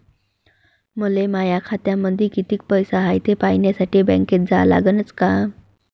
मले माया खात्यामंदी कितीक पैसा हाय थे पायन्यासाठी बँकेत जा लागनच का?